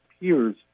peers